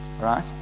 Right